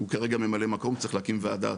הוא כרגע ממלא מקום, צריך להקים ועדה